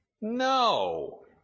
No